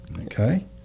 Okay